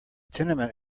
tenement